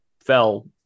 fell